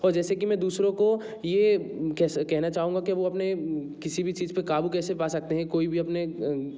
और जैसे कि मैं दूसरों को यह कैसे कहना चाहूँगा कि वो अपने किसी भी चीज़ पर काबू कैसे पा सकते हैं कोई भी अपने